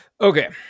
Okay